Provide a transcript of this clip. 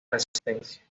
resistencia